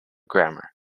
grammar